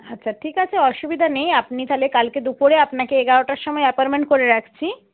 আচ্ছা ঠিক আছে অসুবিধা নেই আপনি তাহলে কালকে দুপুরে আপনাকে এগারোটার সময় অ্যাপয়েন্টমেন্ট করে রাখছি